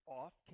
off